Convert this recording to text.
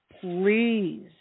please